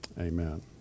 Amen